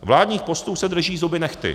Vládních postů se drží zuby nehty.